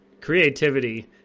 creativity